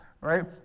right